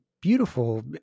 beautiful